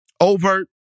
overt